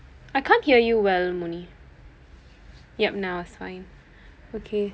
I can't hear you well moni yup now it's fine okay